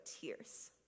tears